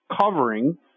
covering